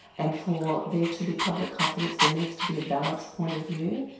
and for there to be public confidence there needs to be a balanced point of view,